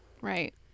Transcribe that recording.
right